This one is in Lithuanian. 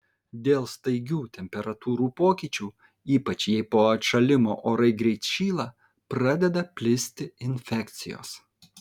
dėl staigių temperatūrų pokyčių ypač jei po atšalimo orai greit šyla pradeda plisti infekcijos